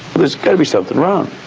there's got to be something wrong.